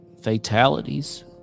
fatalities